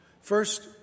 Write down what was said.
First